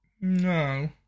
No